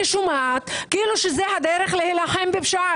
זו הדרך להילחם בפשיעה.